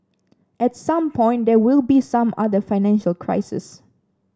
at some point there will be some other financial crises